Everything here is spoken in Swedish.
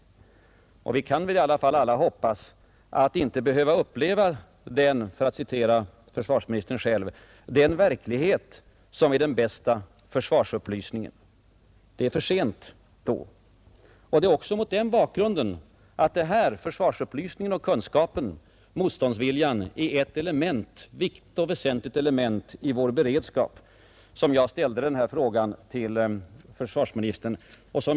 Vi kan väl i varje fall alla instämma i förhoppningen att vi inte skall behöva uppleva ”den verklighet som är den bästa försvarsupplysningen”, för att nu citera försvarsministern själv. Det är för sent då! Det är också mot den bakgrunden att motståndsviljan är ett viktigt element i vår beredskap som jag ställt min fråga till försvarsministern.